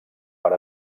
per